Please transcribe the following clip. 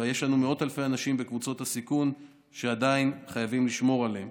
ויש לנו מאות אלפי אנשים בקבוצות הסיכון שעדיין חייבים לשמור עליהם.